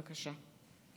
בבקשה.